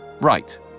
right